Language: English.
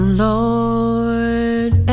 lord